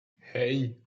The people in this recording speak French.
hey